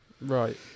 Right